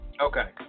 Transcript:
Okay